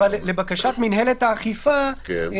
לבקשת מינהלת האכיפה --- כן?